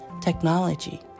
technology